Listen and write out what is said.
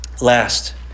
Last